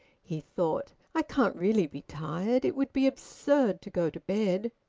he thought i can't really be tired. it would be absurd to go to bed.